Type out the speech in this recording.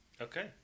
Okay